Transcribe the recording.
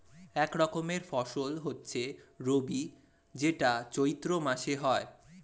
এক রকমের ফসল হচ্ছে রবি যেটা চৈত্র মাসে হয়